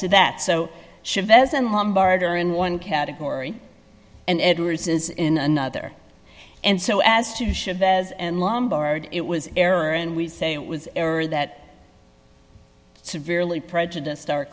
to that so chavez and lombard are in one category and edwards is in another and so as to chavez and lumbered it was error and we say it was error that severely prejudiced our